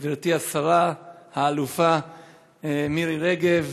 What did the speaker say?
גברתי השרה האלופה מירי רגב,